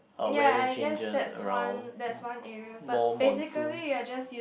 ya I guess that's one that's one area but basically you are just use